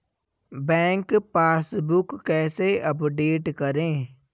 Bank passbook कैसे update करें?